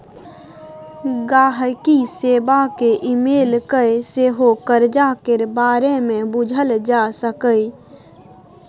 गांहिकी सेबा केँ इमेल कए सेहो करजा केर बारे मे बुझल जा सकैए